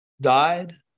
died